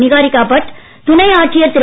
நிகாரிகாபட் துணை ஆட்சியர் திரு